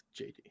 JD